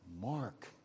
Mark